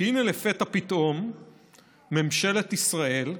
כי הינה לפתע פתאום ממשלת ישראל,